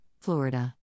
Florida